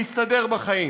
להסתדר בחיים.